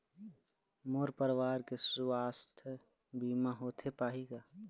मोर परवार के सुवास्थ बीमा होथे पाही का?